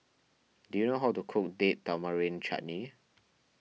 do you know how to cook Date Tamarind Chutney